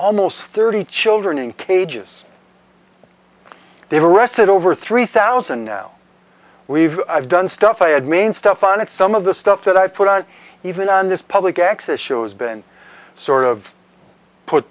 almost thirty children in cages they were arrested over three thousand now we've done stuff i had main stuff on it some of the stuff that i put on even on this public access shows been sort of put